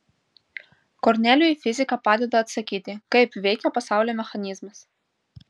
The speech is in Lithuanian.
kornelijui fizika padeda atsakyti kaip veikia pasaulio mechanizmas